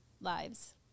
lives